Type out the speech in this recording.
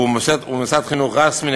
ובמוסד חינוך רשמי,